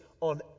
on